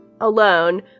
alone